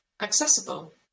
accessible